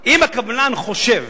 אם הקבלן חושב